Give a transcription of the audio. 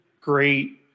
great